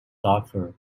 darker